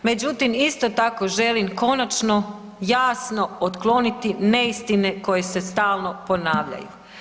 Međutim, isto tako želim konačno jasno otkloniti neistine koje se stalno ponavljaju.